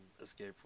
Escape